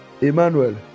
Emmanuel